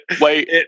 Wait